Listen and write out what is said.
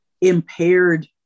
impaired